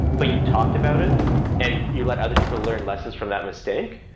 but you talked about it and you let other people learn lessons from that mistake,